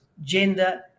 gender